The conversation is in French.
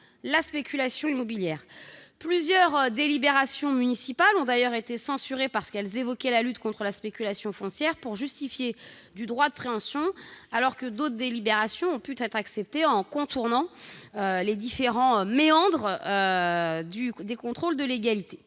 la spéculation immobilière. Plusieurs délibérations municipales ont d'ailleurs été censurées parce qu'elles évoquaient la lutte contre la spéculation foncière pour justifier du droit de préemption, alors que d'autres délibérations ont pu être acceptées, parce qu'elles contournaient les différents méandres du contrôle de légalité.